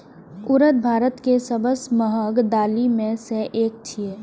उड़द भारत के सबसं महग दालि मे सं एक छियै